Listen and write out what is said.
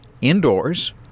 indoors